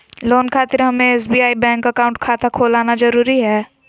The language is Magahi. लोन खातिर हमें एसबीआई बैंक अकाउंट खाता खोल आना जरूरी है?